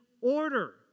order